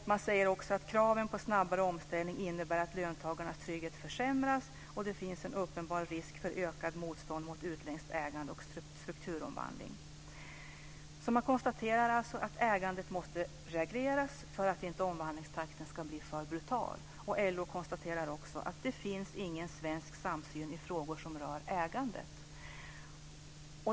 Man säger att kraven på snabbare omställning innebär att löntagarnas trygghet försämras och att det finns en uppenbar risk för ökat motstånd mot utländskt ägande och strukturomvandling. Man konstaterar alltså att ägandet måste regleras för att omvandlingstakten inte ska bli för brutal. LO konstaterar också att det inte finns någon svensk samsyn i frågor som rör ägandet.